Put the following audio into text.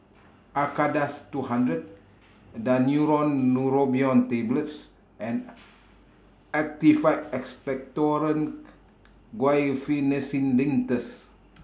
Acardust two hundred Daneuron Neurobion Tablets and Actified Expectorant Guaiphenesin Linctus